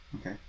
Okay